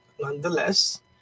nonetheless